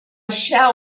shall